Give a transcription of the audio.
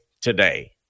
today